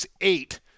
eight